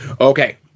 Okay